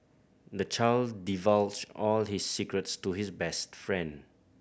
the child divulged all his secrets to his best friend